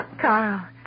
Carl